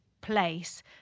place